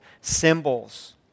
symbols